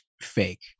fake